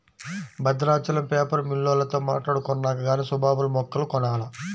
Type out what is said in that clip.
Bhadrachalam paper మిల్లోల్లతో మాట్టాడుకొన్నాక గానీ సుబాబుల్ మొక్కలు కొనాల